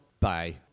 Bye